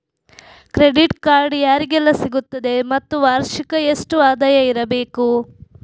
Credit card ಯಾರಿಗೆಲ್ಲ ಸಿಗುತ್ತದೆ ಮತ್ತು ವಾರ್ಷಿಕ ಎಷ್ಟು ಆದಾಯ ಇರಬೇಕು?